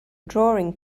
drawing